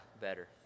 better